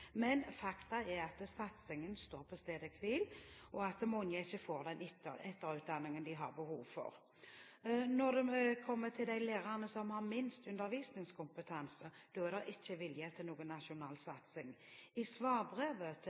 Men faktum er at satsingen står på stedet hvil, og at mange ikke får den etterutdanningen de har behov for. Når det kommer til de lærerne som har minst undervisningskompetanse, er det ikke vilje til noen nasjonal satsing. I svarbrevet